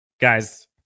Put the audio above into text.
guys